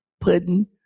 pudding